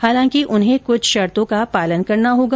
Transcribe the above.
हालांकि उन्हें कुछ शर्तो का पालन करना होगा